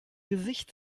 gesicht